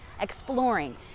exploring